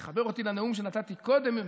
זה מחבר אותי לנאום שנתתי קודם,